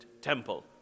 temple